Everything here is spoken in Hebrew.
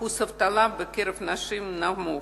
אחוז האבטלה בקרב הנשים נמוך,